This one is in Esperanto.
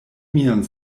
mian